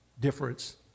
difference